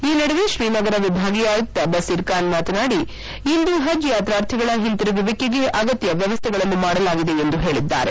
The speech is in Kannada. ಈ ನಡುವೆ ತ್ರೀನಗರ ವಿಭಾಗೀಯ ಆಯುಕ್ತ ಬಸಿರ್ ಖಾನ್ ಮಾತನಾಡಿ ಇಂದು ಪಜ್ ಯಾತ್ರಾರ್ಥಿಗಳ ಹಿಂತಿರುಗುವಿಕೆಗೆ ಅಗತ್ಯ ವ್ಯವಸ್ಥೆಗಳನ್ನು ಮಾಡಲಾಗಿದೆ ಎಂದು ಹೇಳಿದ್ದಾರೆ